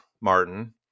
Martin